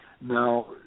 now